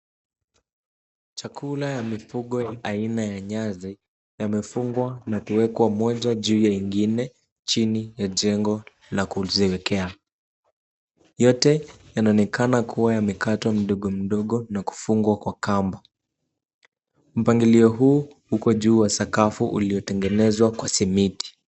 Chakula ya mifugo ya aina ya nyasi ,yamefungwa na kuwekwa moja juu ya ingine chini ya jengo la kuziwekea .Yote yanaonekana kuwa yamekatwa mdogo mdogo na kufungwa kwa kamba .Mpangilio huu uko juu wa sakafu uliotengenezwa kwa simiti.